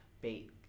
bait